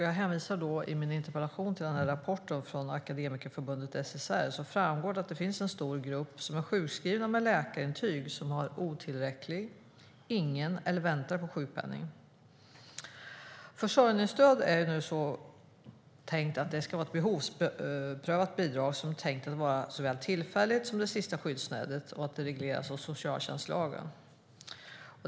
Jag hänvisar i min interpellation till en rapport från Akademikerförbundet SSR där det framgår att det finns en stor grupp som är sjukskrivna med läkarintyg som har otillräcklig eller ingen sjukpenning eller som väntar på sjukpenning. Försörjningsstödet är tänkt att vara ett behovsprövat bidrag som är såväl tillfälligt som det sista skyddsnätet. Det regleras i socialtjänstlagen.